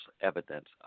evidence